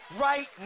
right